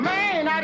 Man